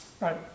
Right